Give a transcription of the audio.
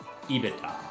EBITDA